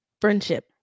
Friendship